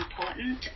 important